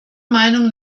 meinung